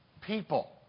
People